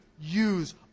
use